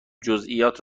جزییات